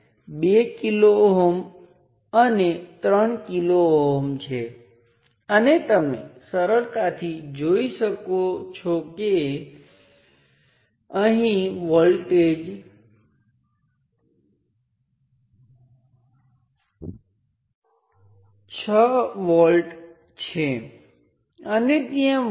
પછી અન્ય કિસ્સાઓ હું માત્ર I1 ને સક્રિય વિચારું છું સર્કિટમાંનાં સ્વતંત્ર સ્ત્રોતોને શૂન્ય પર સેટ છે